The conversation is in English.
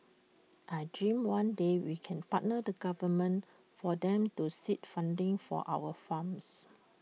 I dream that one day we can partner the government for them to seed funding for our farms